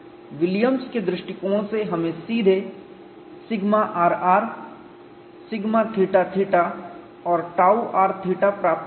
Williams के दृष्टिकोण से हमें सीधे σrr σθθ और टाउrθ प्राप्त हुआ है